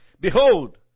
Behold